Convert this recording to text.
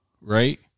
right